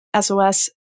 SOS